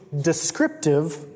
descriptive